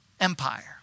Empire